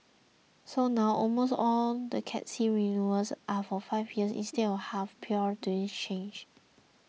so now almost all the Cat C renewals are for five years instead of about half prior to this change